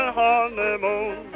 honeymoon